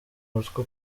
mutwe